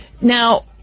Now